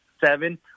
seven